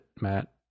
matt